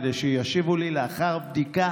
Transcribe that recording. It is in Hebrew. כדי שישיבו לי לאחר בדיקה